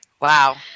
Wow